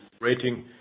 rating